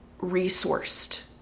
resourced